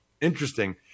Interesting